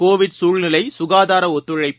Covid சூழ்நிலை சுகாதாரத்துறை ஒத்துழைப்பு